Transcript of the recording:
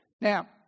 Now